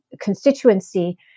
constituency